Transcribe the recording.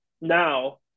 now